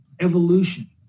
evolution